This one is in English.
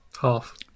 half